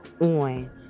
on